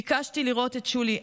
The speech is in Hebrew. ביקשתי לראות את שולי,